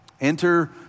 Enter